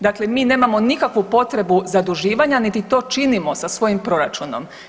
Dakle, mi nemamo nikakvu potrebu zaduživanja niti to činimo sa svojim proračunom.